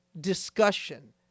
discussion